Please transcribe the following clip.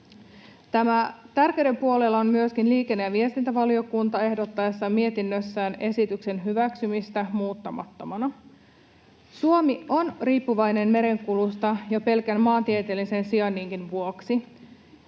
Tärkeyden puolella on myöskin liikenne‑ ja viestintävaliokunta ehdottaessaan mietinnössään esityksen hyväksymistä muuttamattomana. Suomi on riippuvainen merenkulusta jo pelkän maantieteellisen sijainninkin vuoksi.